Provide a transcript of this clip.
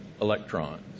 electrons